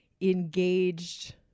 engaged